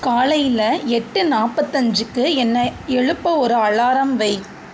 காலையில எட்டு நாப்பத்தஞ்சுக்கு என்னை எழுப்ப ஒரு அலாரம் வை